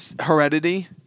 Heredity